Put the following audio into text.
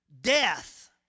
death